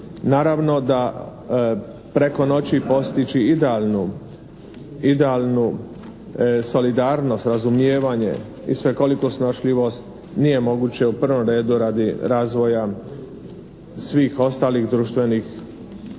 Naravno da preko noći postići idealnu solidarnost, razumijevanje i svekoliku snošljivost nije moguće u prvom redu radi razvoja svih ostalih društvenih sfera